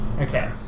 Okay